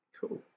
Cool